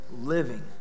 living